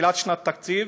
תחילת שנת התקציב,